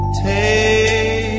take